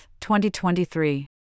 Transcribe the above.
2023